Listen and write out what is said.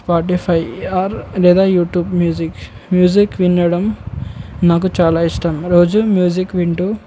Spotify or లేదా YouTube music music వినడం నాకు చాలా ఇష్టం రోజు మ్యూజిక్ వింటూ